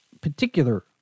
particular